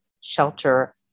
shelter